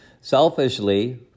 selfishly